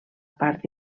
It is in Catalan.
part